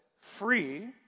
free